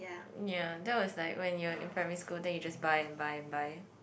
ya that was like when you were in primary school then you just buy and buy and buy